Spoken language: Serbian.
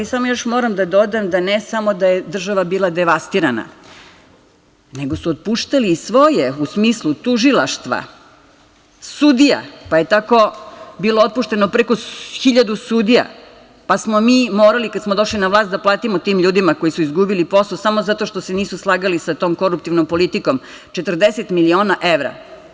Moram da dodam da ne samo da je država bila devastirana, nego su otpuštali i svoje u smislu tužilaštva, sudija, pa je tako bilo otpušteno preko 1.000 sudija, pa smo mi morali, kada smo došli na vlast da platimo tim ljudima koji su izgubili posao samo zato što se nisu slagali sa tom koruptivnom politikom, 40 miliona evra.